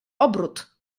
obrót